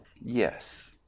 yes